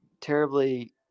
terribly